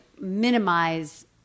minimize